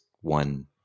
one